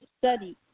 study